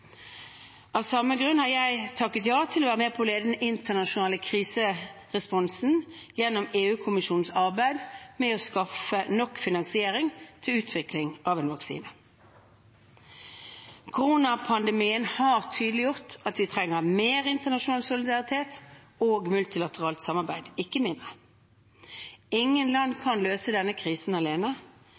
Av samme grunn har jeg takket ja til å være med på å lede den internasjonale kriseresponsen gjennom EU-kommisjonens arbeid med å skaffe nok finansiering til utvikling av en vaksine. Koronapandemien har tydeliggjort at vi trenger mer internasjonal solidaritet og multilateralt samarbeid, ikke mindre. Ingen land kan løse denne krisen alene.